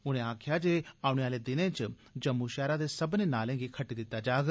उनें आक्खेआ जे औने आले दिनें च जम्मू शैहरा दे सब्बने नालें गी खद्टी दित्ता जाग